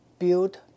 Build